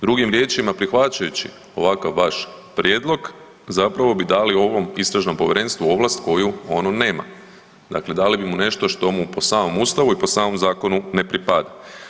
Drugim riječima, prihvaćajući ovakav vaš prijedlog zapravo bi dali ovom istražnom povjerenstvu ovlast koju ono nema, dakle dali bi mu nešto što mu po samom ustavu i po samom zakonu ne pripada.